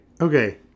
okay